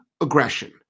aggression